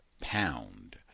pound